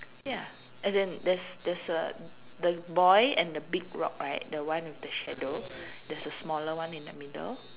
ya as in there's there's a the boy and the big rock right the one with the shadow there's a smaller one in the middle